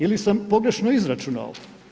Ili sam pogrešno izračunao?